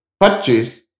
purchase